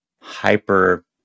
hyper